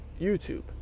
YouTube